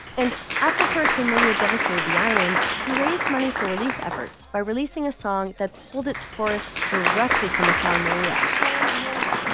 and after hurricane maria devastated the island, he raised money for relief efforts by releasing a song that pulled its chorus directly from the song maria assal most